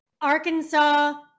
arkansas